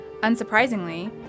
Unsurprisingly